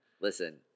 Listen